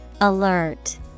Alert